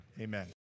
Amen